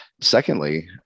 Secondly